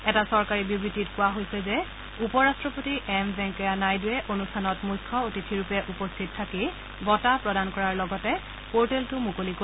এটা চৰকাৰী বিবৃতিত কোৱা হৈছে যে উপ ৰট্টপতি এম ভেংকায়া নাইডুৱে অনুষ্ঠানত মুখ্য অতিথিৰূপে উপস্থিত থাকি বঁটা প্ৰদান কৰাৰ লগতে পৰ্টেলটো মুকলি কৰিব